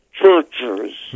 churches